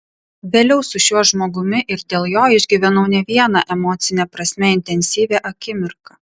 vėliau su šiuo žmogumi ir dėl jo išgyvenau ne vieną emocine prasme intensyvią akimirką